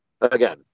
again